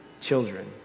children